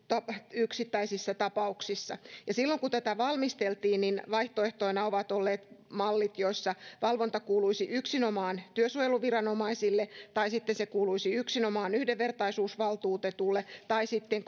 yksittäisissä tapauksissa silloin kun tätä valmisteltiin niin vaihtoehtoina ovat olleet seuraavanlaiset mallit malli jossa valvonta kuuluisi yksinomaan työsuojeluviranomaisille tai sitten se kuuluisi yksinomaan yhdenvertaisuusvaltuutetulle tai sitten